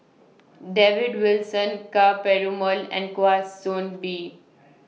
David Wilson Ka Perumal and Kwa Soon Bee